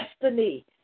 destiny